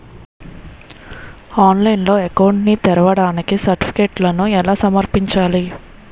ఆన్లైన్లో అకౌంట్ ని తెరవడానికి సర్టిఫికెట్లను ఎలా సమర్పించాలి?